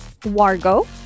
Wargo